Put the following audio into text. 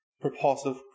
propulsive